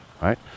right